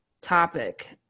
topic